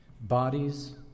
bodies